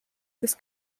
this